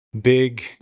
big